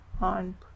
on